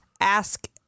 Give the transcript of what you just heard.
ask